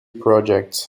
projects